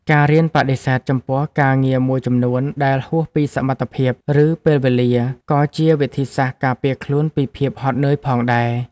ការរៀនបដិសេធចំពោះការងារមួយចំនួនដែលហួសពីសមត្ថភាព ឬពេលវេលា ក៏ជាវិធីសាស្ត្រការពារខ្លួនពីភាពហត់នឿយផងដែរ។